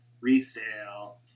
resale